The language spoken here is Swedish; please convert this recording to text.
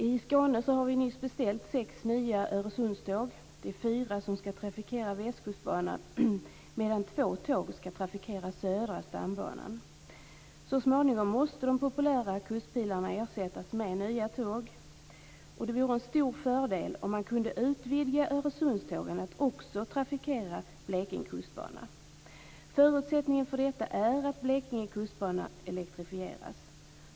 I Skåne har vi nyss beställt sex nya Öresundståg. Det är fyra som skall trafikera Västkustbanan, medan två tåg skall trafikera Södra stambanan. Så småningom måste de populära kustpilarna ersättas med nya tåg, och det vore en stor fördel om man kunde utvidga Öresundstågen till att också trafikera Blekinge kustbana. Förutsättningen för detta är att Blekinge kustbana elektrifieras.